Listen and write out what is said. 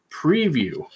Preview